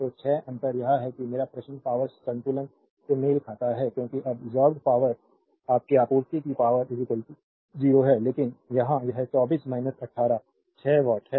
तो 6 अंतर यह है कि मेरा प्रश्न पावरसंतुलन से मेल खाता है क्योंकि अब्सोर्बेद पावर आपकी आपूर्ति की पावर 0 है लेकिन यहां यह 24 18 6 वाट है